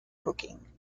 cooking